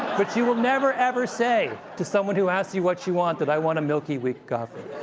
but you will never, ever say to someone who asks you what you want that i want a milky, weak coffee.